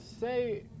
say